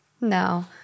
No